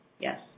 Yes